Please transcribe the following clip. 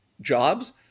jobs